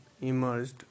emerged